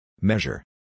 Measure